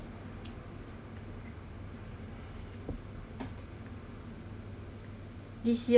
很大很难看 ya 好不容易 lose the muscle